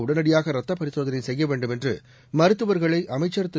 உடனடியாக ரத்த பரிசோதனை செய்ய வேண்டும் என்று மருத்துவர்களை அமைச்ச் திரு